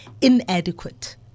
inadequate